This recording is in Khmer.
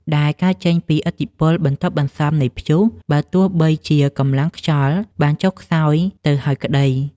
ដែលកើតចេញពីឥទ្ធិពលបន្ទាប់បន្សំនៃព្យុះ បើទោះបីជាកម្លាំងខ្យល់បានចុះខ្សោយទៅហើយក្ដី។